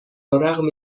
رغم